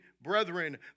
brethren